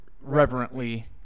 reverently